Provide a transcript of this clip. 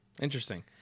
Interesting